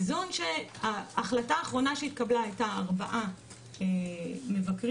ההחלטה האחרונה שהתקבלה הייתה ארבעה מבקרים,